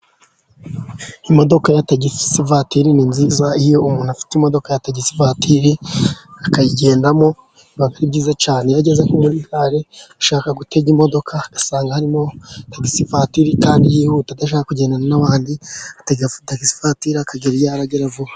Imodoka ya tagisi vatiri ni nziza, iyo umuntu afite imodoka ya tagisivatiri akayigendamo biba ari byiza cyane, iyo ageze nko muri gare ashaka gutega imodoka, agasanga harimo tagisivatiri kandi yihuta adashaka ku kugendana n'abandi, atega tagisivatiri akagera iyo aragera vuba.